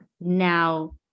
Now